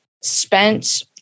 spent